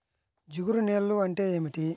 జిగురు నేలలు అంటే ఏమిటీ?